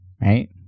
right